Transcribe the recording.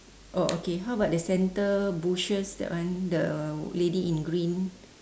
oh okay how about the center bushes that one the lady in green